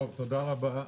תודה רבה.